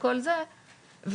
וכל זה,